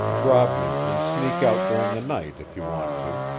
rob me and sneak out during the night, if you want to.